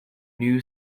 new